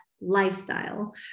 lifestyle